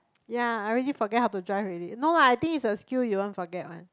ya I already forget how to drive already no lah I think is a skill you won't forget one